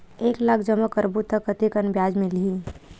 एक लाख जमा करबो त कतेकन ब्याज मिलही?